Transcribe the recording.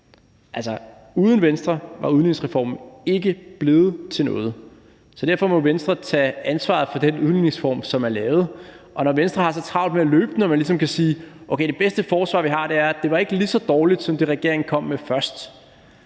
Uden Venstre var udligningsreformen ikke blevet til noget. Så derfor må Venstre tage ansvaret for den udligningsreform, som er lavet. Og når Venstre har så travlt med at løbe og ligesom sige, at det bedste forsvar, de har, er, at det ikke var lige så dårligt som det, regeringen kom med først,